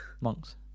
Monks